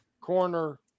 corner